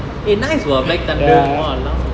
eh nice [what] black thunder !walao!